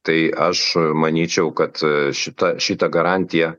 tai aš manyčiau kad šita šita garantija